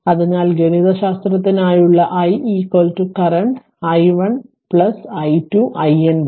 അതിനാൽ ഗണിതശാസ്ത്രത്തിനായുള്ള i ഈ current i i i1 i2 iN വരെ